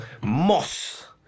moss